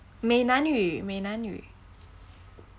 闽南语闽南语